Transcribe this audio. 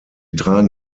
tragen